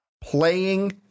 playing